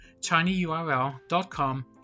tinyurl.com